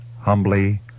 humbly